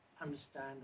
understand